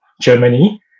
Germany